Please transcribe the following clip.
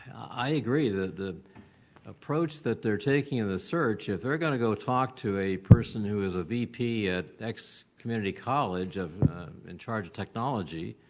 i agree that the approach that their taking of the search, if they're going to go talk to a person who is a vp at x community college of in charge of technology,